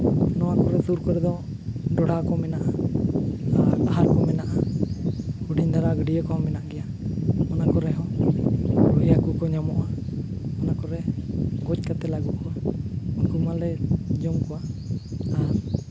ᱱᱚᱣᱟ ᱠᱚᱨᱮᱜ ᱥᱩᱨ ᱠᱚᱨᱮᱜ ᱫᱚ ᱰᱚᱰᱷᱟ ᱠᱚ ᱢᱮᱱᱟᱜᱼᱟ ᱟᱨ ᱟᱦᱟᱨ ᱠᱚ ᱢᱮᱱᱟᱜᱼᱟ ᱦᱩᱰᱤᱧ ᱫᱷᱟᱨᱟ ᱜᱟᱹᱰᱭᱟᱹ ᱠᱚᱦᱚᱸ ᱢᱮᱱᱟᱜ ᱜᱮᱭᱟ ᱚᱱᱟ ᱠᱚᱨᱮ ᱦᱚᱸ ᱨᱩᱭ ᱦᱟᱹᱠᱩ ᱠᱚ ᱧᱟᱢᱚᱜᱼᱟ ᱚᱱᱟ ᱠᱚᱨᱮ ᱜᱚᱡ ᱠᱟᱛᱮ ᱞᱮ ᱟᱹᱜᱩ ᱠᱚᱣᱟ ᱩᱱᱠᱩ ᱢᱟᱞᱮ ᱡᱚᱢ ᱠᱚᱣᱟ ᱟᱨ